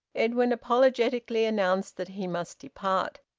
edwin apologetically announced that he must depart,